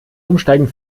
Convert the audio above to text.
umsteigen